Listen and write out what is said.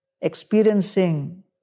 experiencing